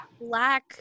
black